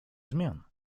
zmian